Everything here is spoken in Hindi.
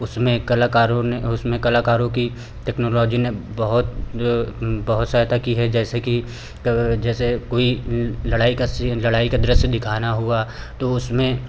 उसमें कलाकारों ने उसमें कलाकारों कि टेक्नोलॉजी ने बहुत बहुत सहायता की है जैसे कि जैसे कोई लड़ाई का सी लड़ाई का दृश्य दिखाना हुआ तो उसमें